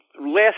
last